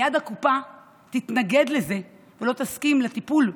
מייד הקופה תתנגד לזה ולא תסכים לטיפול,